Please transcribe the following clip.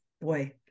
boy